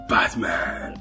Batman